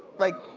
like,